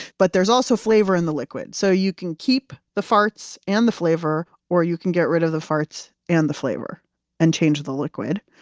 but there's also flavor in the liquid. so you can keep the farts and the flavor, or you can get rid of the farts and the flavor and change the liquid.